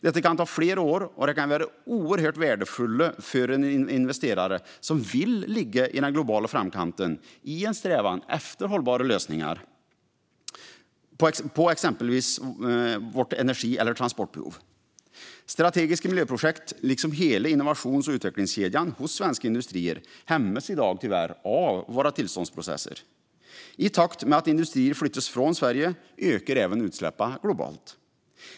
Detta kan ta flera år, år som kan vara oerhört värdefulla för en investerare som vill ligga i den globala framkanten i en strävan efter hållbara lösningar på exempelvis vårt energi och transportbehov. Strategiska miljöprojekt, liksom hela innovations och utvecklingskedjan, hos svenska industrier hämmas i dag tyvärr av våra tillståndsprocesser. I takt med att industrier flyttas från Sverige ökar även utsläppen globalt.